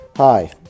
Hi